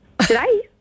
Today